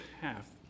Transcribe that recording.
half